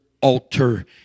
altar